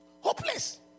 Hopeless